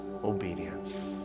obedience